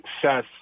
success